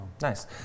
Nice